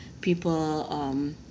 people